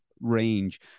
range